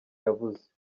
yavuze